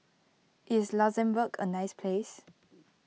is Luxembourg a nice place